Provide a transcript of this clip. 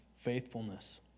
Faithfulness